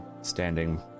standing